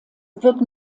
wird